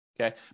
okay